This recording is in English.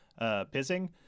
pissing